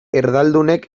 erdaldunek